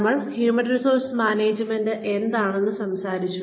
നമ്മൾ human resource management എന്താണെന്ന് സംസാരിച്ചു